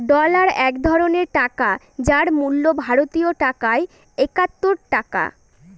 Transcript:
dollar এক ধরনের টাকা যার মূল্য ভারতীয় টাকায় একাত্তর টাকা